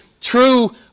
true